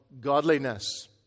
godliness